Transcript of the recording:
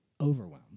overwhelmed